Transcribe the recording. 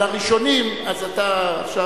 על הראשונים, אז אתה עכשיו,